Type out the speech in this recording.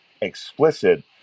explicit